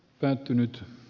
päättynyt